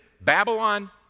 Babylon